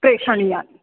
प्रेषणीया